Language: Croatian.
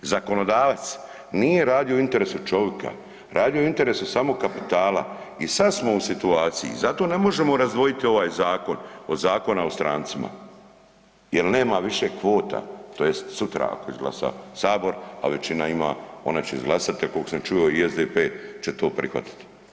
Zakonodavac nije radio u interesu čovika radio je u interesu samo kapitala i sad smo u situaciji, zato ne možemo razdvojiti ovaj zakon od Zakona o strancima jer nema više kvota, tj. sutra ako izglasa sabora, a većina ima ona će izglasati ja koliko sam čuo i SDP će to prihvatiti.